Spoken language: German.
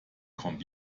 kommt